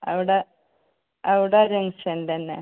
അവിടെ അവിടെ ജംഗ്ഷൻ തന്നെ